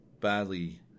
...badly